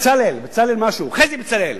חזי בצלאל.